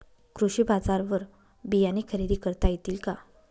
कृषी बाजारवर बियाणे खरेदी करता येतील का?